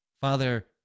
Father